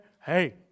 hey